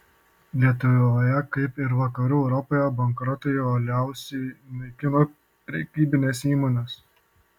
lietuvoje kaip ir vakarų europoje bankrotai uoliausiai naikino prekybines įmones